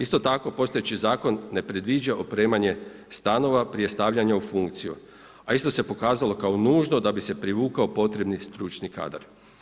Isto tako postojeći zakon ne predviđa opremanje stanova prije stavljanja u funkciju a isto se pokazalo kao nužno da bi se privukao potrebni stručni kadar.